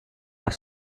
are